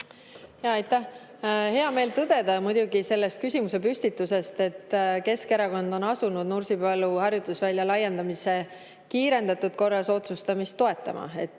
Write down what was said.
Hea meel muidugi tõdeda selle küsimuse püstitusest, et Keskerakond on asunud Nursipalu harjutusvälja laiendamise kiirendatud korras otsustamist toetama.